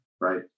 right